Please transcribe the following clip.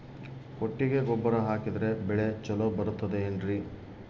ಕೊಟ್ಟಿಗೆ ಗೊಬ್ಬರ ಹಾಕಿದರೆ ಬೆಳೆ ಚೊಲೊ ಬರುತ್ತದೆ ಏನ್ರಿ?